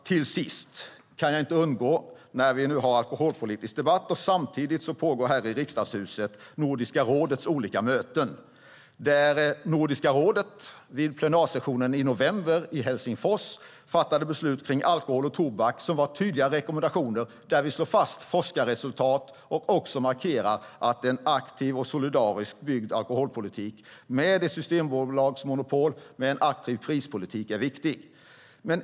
Till sist, herr talman: Vi har nu alkoholpolitisk debatt samtidigt som det i Riksdagshuset pågår olika möten för Nordiska rådet. Nordiska rådet fattade vid plenarsessionen i november i Helsingfors beslut kring tobak och alkohol som var tydliga rekommendationer, där vi slår fast forskarresultat och också markerar att en aktiv och solidariskt byggd alkoholpolitik, med ett systembolagsmonopol och en aktiv prispolitik, är viktig.